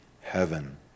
heaven